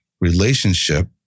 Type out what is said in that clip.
relationship